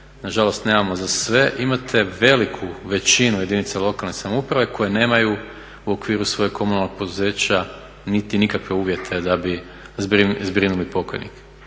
nažalost nemamo za sve, imate veliku većinu jedinica lokalne samouprave koje nemaju u okviru svojeg komunalnog poduzeća niti nikakve uvjete da bi zbrinuli pokojnike.